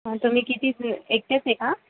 पण तुम्ही किती अं एकट्याच आहे का